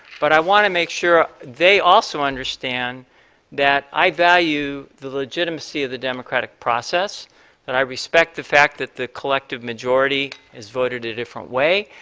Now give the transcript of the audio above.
but i want to make sure they also understand that i value the legitimacy of the democratic process and i respect the fact that the collective majority has voted a different way,